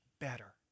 better